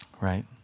Right